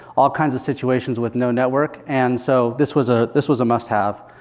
all kinds of situations with no network. and so this was ah this was a must have.